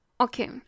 Okay